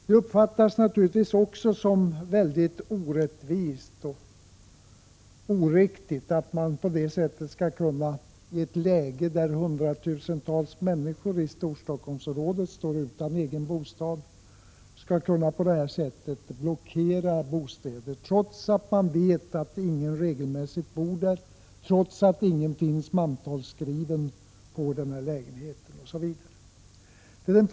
Det uppfattas naturligtvis som orättvist och oriktigt att man i ett läge när hundratusentals människor i Storstockholmsområdet står utan egen bostad, skall kunna blockera bostäder på detta sätt — trots att man vet att ingen regelmässigt bor där och att ingen är mantalsskriven på den adressen.